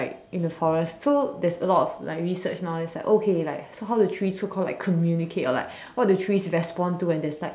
in the forest so there's a lot of like research now that's like okay like so how do trees so called like communicate or like what do trees respond to when there's like